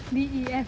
D E F